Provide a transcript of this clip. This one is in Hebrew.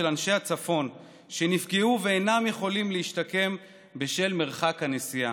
אנשי הצפון שנפגעו ואינם יכולים להשתקם בשל מרחק הנסיעה.